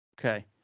Okay